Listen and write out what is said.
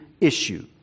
issue